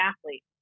athlete